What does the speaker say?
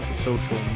social